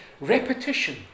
Repetition